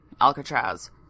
alcatraz